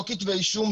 לא כתבי אישום,